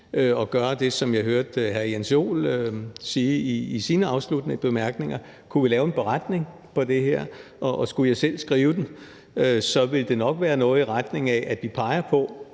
at gøre det, som jeg hørte hr. Jens Joel sige i sine afsluttende bemærkninger, nemlig at lave en beretning. Og skulle jeg selv skrive den, ville det nok være noget i retning af at pege på,